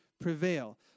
prevail